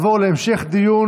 (הגבלת עמלה בעד הגשת בקשה להלוואה לדיור),